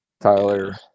Tyler